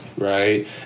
Right